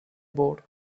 board